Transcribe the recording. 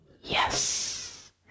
Yes